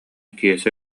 киэсэ